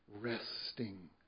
resting